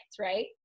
right